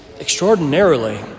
extraordinarily